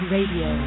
Radio